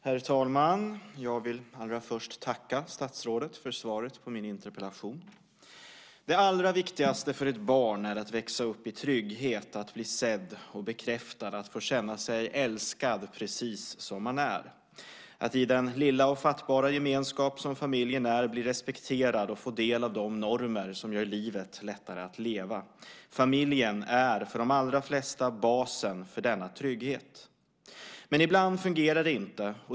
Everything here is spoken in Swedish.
Herr talman! Jag vill allra först tacka statsrådet för svaret på min interpellation. Det allra viktigaste för ett barn är att växa upp i trygghet, att bli sedd och bekräftad, att få känna sig älskad precis som man är, att i den lilla och fattbara gemenskap som familjen är bli respekterad och få del av de normer som gör livet lättare att leva. Familjen är för de allra flesta basen för denna trygghet. Men ibland fungerar det inte.